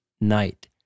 night